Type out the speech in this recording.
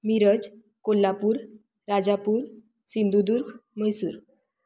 Miraj Kolhapur Rajapur Sindhudurg Mysore